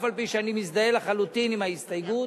אף-על-פי שאני מזדהה לחלוטין עם ההסתייגות.